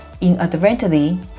inadvertently